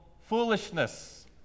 foolishness